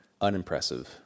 Unimpressive